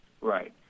right